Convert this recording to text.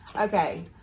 Okay